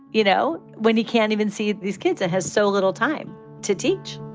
you know, when he can't even see these kids, it has so little time to teach